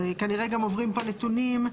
וכנראה גם עוברים פה נתונים.